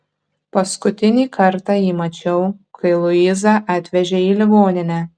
paskutinį kartą jį mačiau kai luizą atvežė į ligoninę